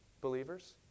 believers